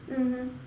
mmhmm